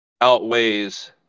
outweighs